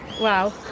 wow